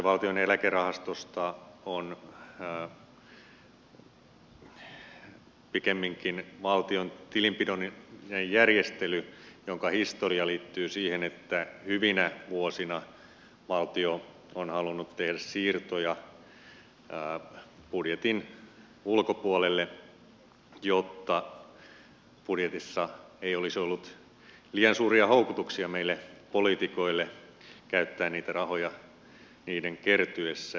valtion eläkerahastossa kyse on pikemminkin valtion tilinpidollisesta järjestelystä jonka historia liittyy siihen että hyvinä vuosina valtio on halunnut tehdä siirtoja budjetin ulkopuolelle jotta budjetissa ei olisi ollut liian suuria houkutuksia meille poliitikoille käyttää niitä rahoja niiden kertyessä